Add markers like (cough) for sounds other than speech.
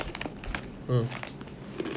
(noise) mm (noise)